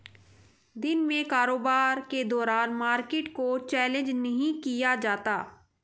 दिन में कारोबार के दौरान मार्केट को चैलेंज नहीं किया जाता